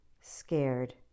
scared